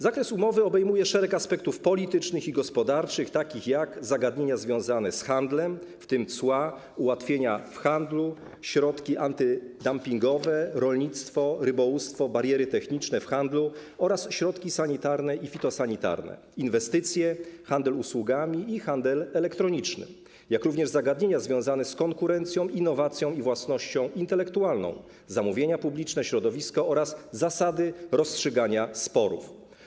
Zakres umowy obejmuje szereg aspektów politycznych i gospodarczych, takich jak: zagadnienia związane z handlem, w tym cła, ułatwienia w handlu, środki antydumpingowe, rolnictwo, rybołówstwo, bariery techniczne w handlu, środki sanitarne i fitosanitarne, inwestycje, handel usługami i handel elektroniczny, zagadnienia związane z konkurencją, innowacją i własnością intelektualną, zamówienia publiczne, środowisko oraz zasady rozstrzygania sporów.